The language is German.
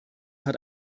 hat